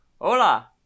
Hola